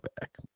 back